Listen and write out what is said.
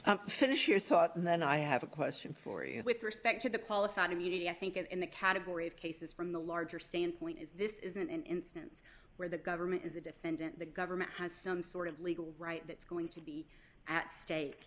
ok finish your thought and then i have a question for you with respect to the qualified immunity i think in the category of cases from the larger standpoint is this is an instance where the government is a defendant the government has some sort of legal right that's going to be at stake